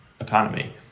economy